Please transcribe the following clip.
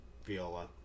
viola